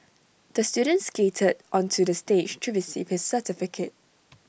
the student skated onto the stage to receive his certificate